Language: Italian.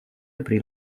aprì